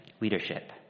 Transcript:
leadership